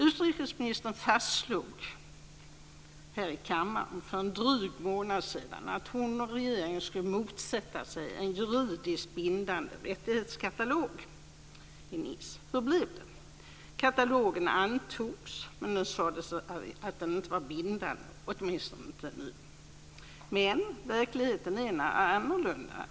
Utrikesministern fastslog här i kammaren för en dryg månad sedan att hon och regeringen skulle motsätta sig en juridiskt bindande rättighetskatalog i Nice. Hur blev det? Katalogen antogs men den sades inte vara bindande, åtminstone inte ännu. Men verkligheten är annorlunda.